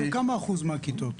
בכמה אחוז מהכיתות?